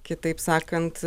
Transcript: kitaip sakant